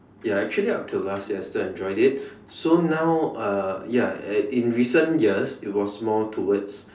ya actually up till last year still enjoyed it so now uh ya in in recent years it was more towards